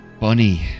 Bunny